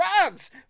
drugs